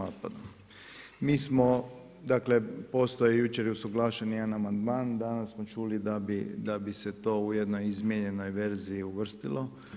Mi smo, dakle postoji i jučer je usuglašen jedan amandman, danas smo čuli da bi se to u jednoj izmijenjenoj verziji uvrstilo.